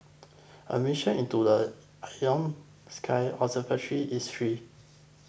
admission into the Ion Sky observatory is free